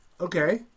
Okay